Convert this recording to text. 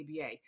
ABA